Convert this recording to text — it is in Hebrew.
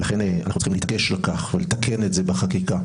ולכן אנחנו צריכים להתעקש על כך ולתקן את זה בחקיקה,